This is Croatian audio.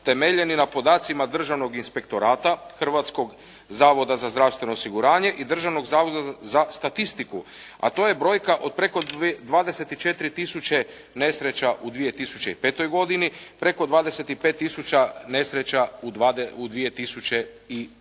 temeljeni na podacima Državnog inspektorata, Hrvatskog zavoda za zdravstveno osiguranje i Državnog zavoda za statistiku, a to je brojka od preko 24 tisuće nesreća u 2005. godini, preko 25 tisuća nesreća u 2007. godini.